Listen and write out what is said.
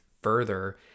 further